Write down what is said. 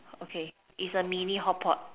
okay it's a mini hot pot